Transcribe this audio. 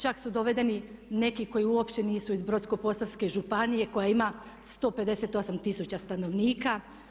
Čak su dovedeni neki koji uopće nisu iz Brodsko-posavske županije koja ima 158 tisuća stanovnika.